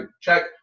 check